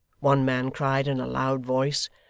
one man cried in a loud voice,